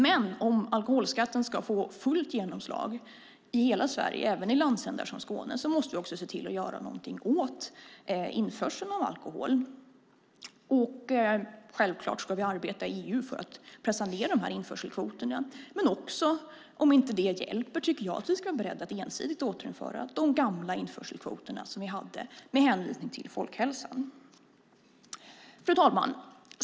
Men om alkoholskatten ska få fullt genomslag i hela Sverige, även i landsändar som Skåne, måste vi också se till att göra någonting åt införseln av alkohol. Självklart ska vi arbeta i EU för att pressa ned dessa införselkvoter. Men om inte det hjälper tycker jag att vi ska vara beredda att ensidigt återinföra de gamla införselkvoter som vi hade med hänvisning till folkhälsan. Fru talman!